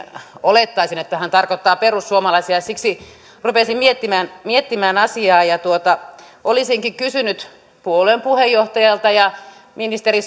olettaisin että hän tarkoittaa perussuomalaisia siksi rupesin miettimään miettimään asiaa ja olisinkin kysynyt puolueen puheenjohtajalta ministeri